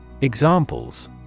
Examples